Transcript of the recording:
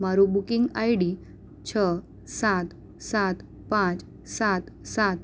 મારું booking ID છ સાત સાત પાંચ સાત સાત